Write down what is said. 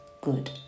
good